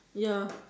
ya